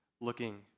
looking